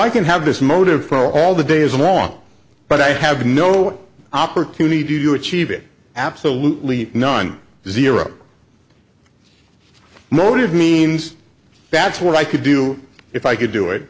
i can have this motive for all the days long but i have no opportunity to you achieve it absolutely none zero motive means that's what i could do if i could do it